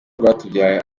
rwatubyaye